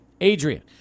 Adrian